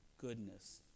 goodness